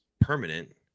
permanent